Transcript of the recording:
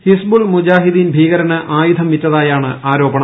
ഹിസ്ബുൾ മുജാഹിദീൻ ഭീകരന് ആയുധം വിറ്റതായാണ് ആരോപണം